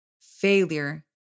Failure